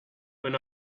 when